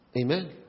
Amen